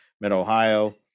Mid-Ohio